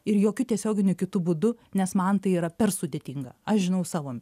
ir jokiu tiesioginiu kitu būdu nes man tai yra per sudėtinga aš žinau savo